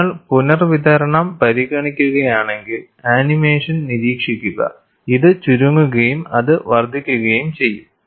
നിങ്ങൾ പുനർവിതരണം പരിഗണിക്കുകയാണെങ്കിൽ ആനിമേഷൻ നിരീക്ഷിക്കുക ഇത് ചുരുങ്ങുകയും അത് വർദ്ധിക്കുകയും ചെയ്യും